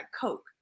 Coke